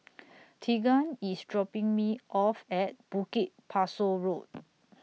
Tegan IS dropping Me off At Bukit Pasoh Road